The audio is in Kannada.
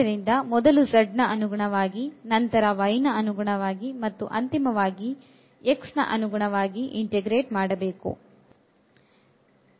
ಅದರಿಂದ ಮೊದಲು z ನ ಅನುಗುಣವಾಗಿ ನಂತರ y ನ ಅನುಗುಣವಾಗಿ ಮತ್ತು ಅಂತಿಮವಾಗಿ x ನ ಅನುಗುಣವಾಗಿ integrate ಮಾಡಬೇಕು